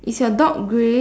is your dog grey